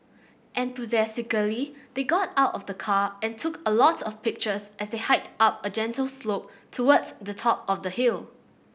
enthusiastically they got out of the car and took a lot of pictures as they hiked up a gentle slope towards the top of the hill